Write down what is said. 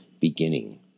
beginning